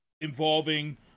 involving